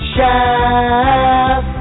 Chef